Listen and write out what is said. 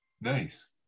nice